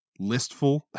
listful